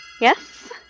Yes